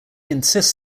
insists